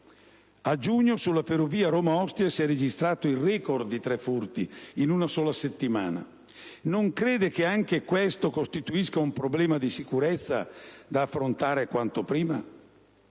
A giugno, sulla ferrovia Roma-Ostia, si è registrato il *record* di 3 furti in una sola settimana. Non crede che anche questo costituisca un problema di sicurezza da affrontare quanto prima?